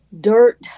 dirt